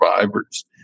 survivors